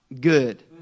good